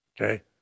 okay